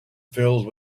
filled